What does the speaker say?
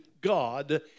God